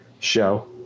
show